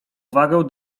wagę